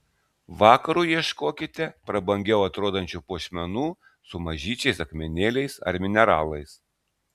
vakarui ieškokite prabangiau atrodančių puošmenų su mažyčiais akmenėliais ar mineralais